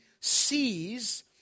sees